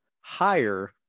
higher